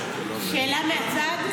שאלה מהצד?